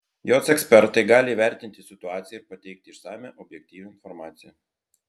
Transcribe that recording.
jos ekspertai gali įvertinti situaciją ir pateikti išsamią objektyvią informaciją